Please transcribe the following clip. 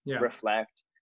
reflect